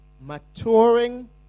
Maturing